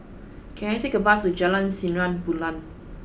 can I take a bus to Jalan Sinar Bulan